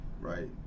Right